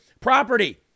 property